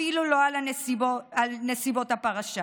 אפילו לא על נסיבות הפרשה.